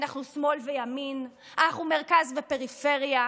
אנחנו שמאל וימין, אנחנו מרכז ופריפריה,